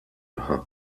magħha